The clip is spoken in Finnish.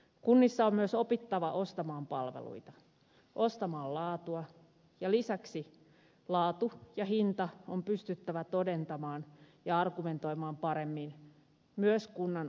kunnissa on myös opittava ostamaan palveluita ostamaan laatua ja lisäksi laatu ja hinta on pystyttävä todentamaan ja argumentoimaan paremmin myös kunnan omissa palveluissa